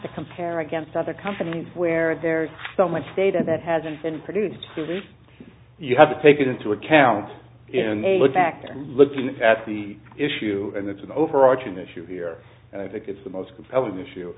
to compare against other companies where there's so much data that hasn't been produced to me you have to take it into account in a look back and looking at the issue and it's an overarching issue here and i think it's the most compelling issue